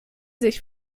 sich